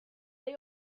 they